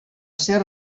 ser